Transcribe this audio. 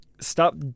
stop